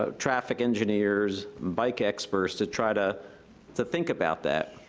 ah traffic engineers, bike experts, to try to to think about that.